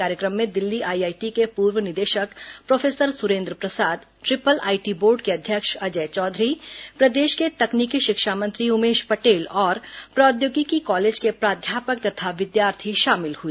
कार्य क्र म में दिल्ली आईआईटी के पूर्व निदेशक प्रोफेसर सुरेन्द्र प्रसाद द्रि पल आईटी बोर्ड के अध्यक्ष अजय चौधरी प्रदेश के तकनीकी शिक्षा मंत्री उमेश पटेल और प्रोद्योगिकी कॉलेज के प्राध्यापक तथा विद्यार्थी शामिल हुए